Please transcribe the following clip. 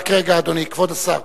רק רגע, אדוני כבוד השר.